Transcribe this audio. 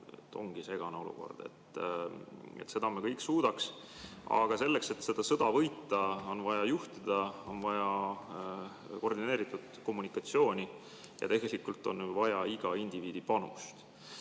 Ongi segane olukord. Seda me kõik suudaks. Aga selleks, et seda sõda võita, on vaja juhtida, on vaja koordineeritud kommunikatsiooni ja tegelikult on vaja iga indiviidi panust.